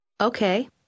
Okay